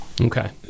Okay